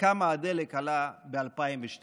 כמה הדלק עלה ב-2012,